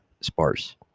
sparse